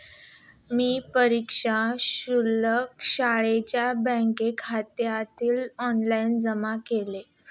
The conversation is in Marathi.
मी परीक्षा शुल्क शाळेच्या बँकखात्यात ऑनलाइन जमा केले